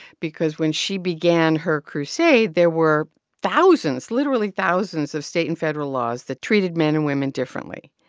because when she began her crusade, there were thousands, literally thousands, of state and federal laws that treated men and women differently.